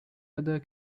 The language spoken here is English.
other